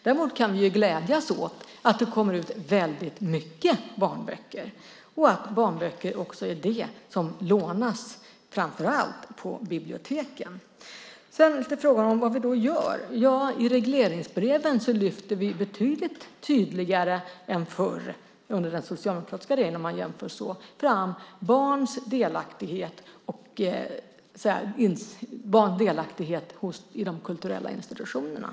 Däremot kan vi glädjas åt att väldigt många barnböcker kommer ut och åt att det framför allt är barnböcker som lånas på biblioteken. Sedan kommer jag till frågan om vad vi gör. Ja, i regeringens regleringsbrev lyfter vi betydligt tydligare än som gjordes under den socialdemokratiska regeringen - för att göra en sådan jämförelse - fram barns delaktighet i de kulturella institutionerna.